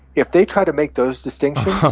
if they try to make those distinctions,